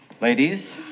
Ladies